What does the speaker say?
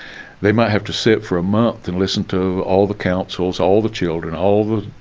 they might have to sit for a month and listen to all the councils, all the children, all the,